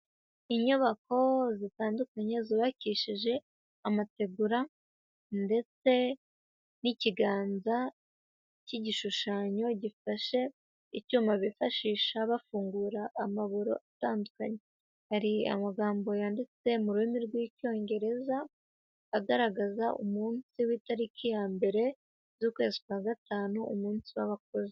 Inyubako zitandukanye zubakishije amategura, ndetse n'ikiganza cy'igishushanyo gifashe icyuma bifashisha bafungura amaburo atandukanye, hari amagambo yanditse mu rurimi rw'icyongereza agaragaza umunsi w'itariki ya mbere z'ukwezi kwa gatanu, umunsi w'abakozi.